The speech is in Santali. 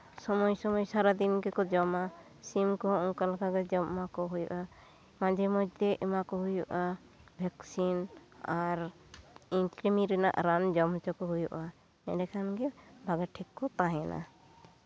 ᱥᱚᱢᱚᱭ ᱥᱚᱢᱚᱭ ᱥᱟᱨᱟ ᱫᱤᱱ ᱜᱮᱠᱚ ᱡᱚᱢᱟ ᱥᱤᱢ ᱠᱚᱦᱚᱸ ᱚᱱᱠᱟ ᱞᱮᱠᱟᱜᱮ ᱡᱚᱢ ᱮᱢᱟ ᱠᱚ ᱦᱩᱭᱩᱜᱼᱟ ᱢᱟᱡᱷᱮ ᱢᱚᱫᱽᱫᱷᱮ ᱮᱢᱟᱠᱚ ᱦᱩᱭᱩᱜᱼᱟ ᱵᱷᱮᱠᱥᱤᱱ ᱟᱨ ᱠᱨᱤᱢᱤ ᱨᱮᱱᱟᱜ ᱨᱟᱱ ᱡᱚᱢ ᱦᱚᱪᱚ ᱠᱚ ᱦᱩᱭᱩᱜᱼᱟ ᱮᱸᱰᱮ ᱠᱷᱟᱱᱜᱮ ᱵᱷᱟᱜᱮ ᱴᱷᱤᱠ ᱠᱚ ᱛᱟᱦᱮᱱᱟ